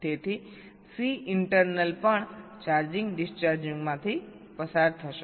તેથી Cinternal પણ charging ડિસ્ચાર્જિંગમાંથી પસાર થશે